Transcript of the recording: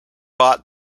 bought